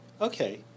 Okay